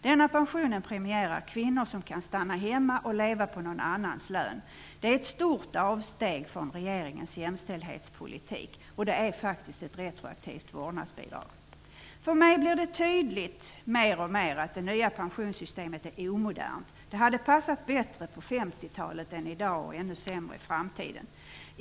Denna pension premierar kvinnor som kan stanna hemma och leva på någon annans lön. Det är ett stort avsteg från regeringens jämställdhetspolitik, och det är faktiskt ett retroaktivt vårdnadsbidrag. För mig blir det mer och mer tydligt att det nya pensionssystemet är omodernt. Det hade passat bättre på 1950-talet än i dag och det kommer att passa ännu sämre i framtiden.